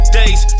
days